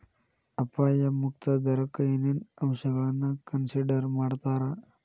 ಅಪಾಯ ಮುಕ್ತ ದರಕ್ಕ ಏನೇನ್ ಅಂಶಗಳನ್ನ ಕನ್ಸಿಡರ್ ಮಾಡ್ತಾರಾ